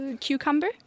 cucumber